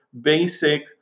basic